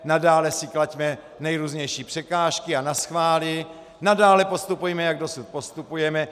Nadále si klaďme nejrůznější překážky a naschvály, nadále postupujme, jak dosud postupujeme.